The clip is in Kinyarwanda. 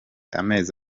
amezi